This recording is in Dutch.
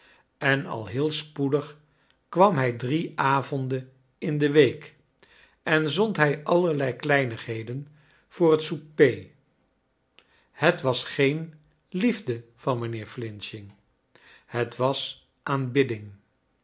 en al heel spoedig kwam hij drie avonden in de week en zond hij allerlei kleinigheden voor het souper het was geen liefde van mijnheer flinching net was aanbidding